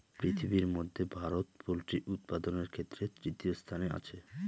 পৃথিবীর মধ্যে ভারত পোল্ট্রি উৎপাদনের ক্ষেত্রে তৃতীয় স্থানে আছে